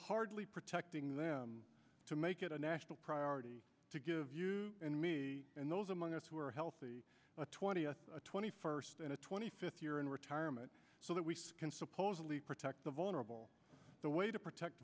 hardly protecting them to make it a national priority to give you and me and those among us who are healthy twenty twenty first and a twenty fifth year in retirement so that we can supposedly protect the vulnerable the way to protect